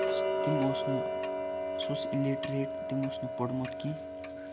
تٔمۍ اوس نہٕ سُہ اوس اِلِٹرٛیٚٹ تٔمۍ اوس نہٕ پوٚرمُت کینٛہہ